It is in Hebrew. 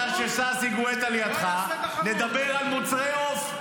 בגלל שששי גואטה לידך, נדבר על מוצרי עוף.